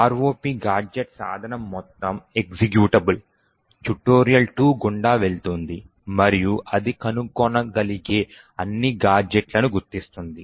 ROP gadget సాధనం మొత్తం executable tutorial 2 గుండా వెళుతుంది మరియు అది కనుగొనగలిగే అన్ని గాడ్జెట్లను గుర్తిస్తుంది